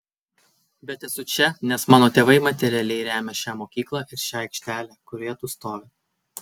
bet esu čia nes mano tėvai materialiai remia šią mokyklą ir šią aikštelę kurioje tu stovi